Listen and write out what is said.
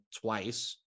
twice